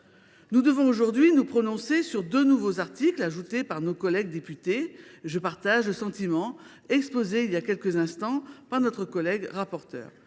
Nous devons aujourd’hui nous prononcer sur deux nouveaux articles ajoutés par nos collègues députés. Je partage à ce sujet le sentiment exposé il y a quelques instants par notre rapporteure.